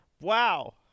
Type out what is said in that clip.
Wow